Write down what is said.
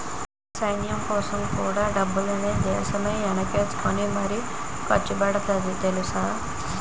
సైన్యంకోసం కూడా డబ్బుల్ని దేశమే ఎనకేసుకుని మరీ ఖర్చుపెడతాంది తెలుసా?